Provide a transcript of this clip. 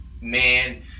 man